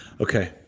Okay